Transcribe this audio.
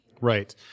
Right